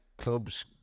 clubs